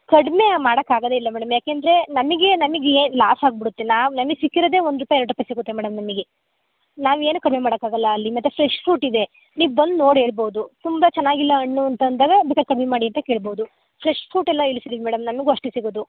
ಕಡಿಮೆ ಮಾಡೋಕ್ಕಾಗದೇ ಇಲ್ಲ ಮೇಡಮ್ ಯಾಕೆಂದ್ರೆ ನಮಗೆ ನನಗೆ ಲಾಸಾಗ್ಬಿಡತ್ತೆ ನಾನು ನನಗೆ ಸಿಕ್ಕಿರೋದೇ ಒಂದು ರೂಪಾಯಿ ಎರಡು ರೂಪಾಯಿ ಸಿಗುತ್ತೆ ಮೇಡಮ್ ನಮಗೆ ನಾವು ಏನೂ ಕಮ್ಮಿ ಮಾಡೋಕ್ಕಾಗಲ್ಲ ಅಲ್ಲಿ ಮತ್ತು ಫ್ರೆಶ್ ಫ್ರೂಟ್ ಇದೆ ನೀವು ಬಂದು ನೋಡಿ ಹೇಳ್ಬೋದು ತುಂಬ ಚೆನ್ನಾಗಿಲ್ಲ ಹಣ್ಣು ಅಂತಂದಾಗ ಬೆಲೆ ಕಮ್ಮಿ ಮಾಡಿ ಅಂತ ಕೇಳ್ಬೋದು ಫ್ರೆಶ್ ಫ್ರೂಟೆಲ್ಲ ಇಳ್ಸಿದೀನಿ ಮೇಡಮ್ ನನ್ಗೂ ಅಷ್ಟೇ ಸಿಗೋದು